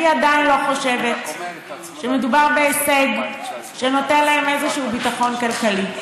אני עדיין לא חושבת שמדובר בהישג שנותן להם איזשהו ביטחון כלכלי.